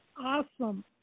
awesome